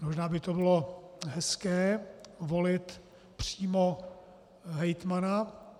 Možná by bylo hezké volit přímo hejtmana.